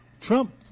Trump